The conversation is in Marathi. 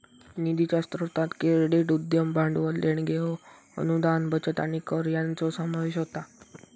निधीच्या स्रोतांत क्रेडिट, उद्यम भांडवल, देणग्यो, अनुदान, बचत आणि कर यांचो समावेश होता